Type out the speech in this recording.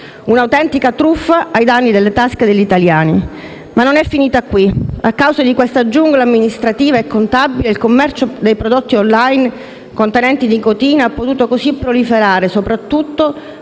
Un'autentica truffa ai danni delle tasche degli italiani. Ma non è finita qui. A causa di questa giungla amministrativa e contabile il commercio *online* di prodotti contenenti nicotina ha potuto così proliferare soprattutto